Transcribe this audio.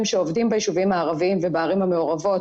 שעובדים ביישובים הערבים ובערים המעורבות,